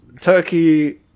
Turkey